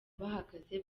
bahagaze